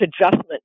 adjustment